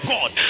God